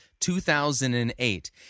2008